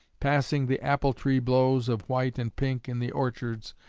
passing the apple-tree blows of white and pink in the orchards,